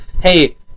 Hey